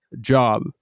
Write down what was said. job